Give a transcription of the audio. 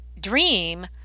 dream